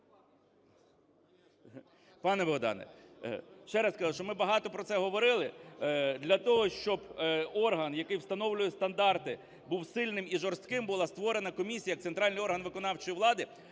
Пане Богдане, ще раз кажу, що ми багато про це говорили. Для того, щоб орган, який встановлює стандарти, був сильним і жорстким, була створена комісія як центральний орган виконавчої влади,